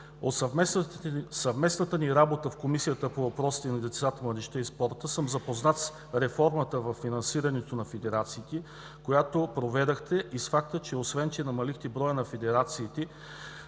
От съвместната ни работа в Комисията по въпросите на децата, младежта и спорта съм запознат с реформата във финансирането на федерациите, която проведохте, и с факта, че освен че намалихте броя на федерациите,